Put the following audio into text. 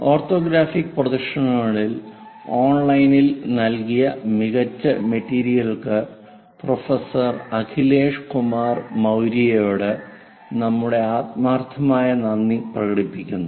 orthographic പ്രൊജക്ഷനുകളിൽ ഓൺലൈനിൽ നൽകിയ മികച്ച മെറ്റീരിയലുകൾക്ക് പ്രൊഫസർ അഖിലേഷ് കുമാർ മൌര്യയോട് നമ്മുടെ ആത്മാർത്ഥമായ നന്ദി പ്രകടിപ്പിക്കുന്നു